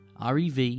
REV